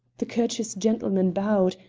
the courteous gentleman bowed,